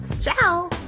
Ciao